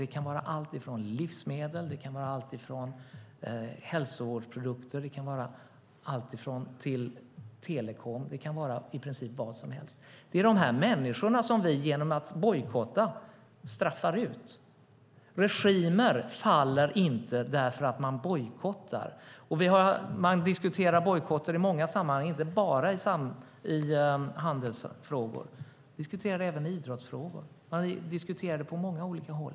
Det kan vara alltifrån livsmedel och hälsovårdsprodukter till telekomutrustning, i princip vad som helst. Genom bojkotter straffar vi ut de här människorna. Regimer faller inte därför att man bojkottar dem. Man har diskuterat bojkotter i många sammanhang, inte bara i handelsfrågor utan även i idrottsfrågor. Man diskuterar det på många olika håll.